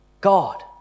God